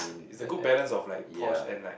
it's it's a good balance of like posh and like